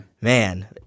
Man